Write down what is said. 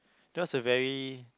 that's a very